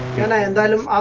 and and ah